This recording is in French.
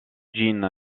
jin